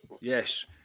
Yes